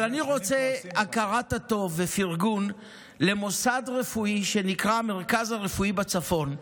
אבל אני רוצה הכרת הטוב ופרגון למוסד רפואי שנקרא המרכז הרפואי צפון.